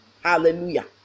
hallelujah